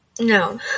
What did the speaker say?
No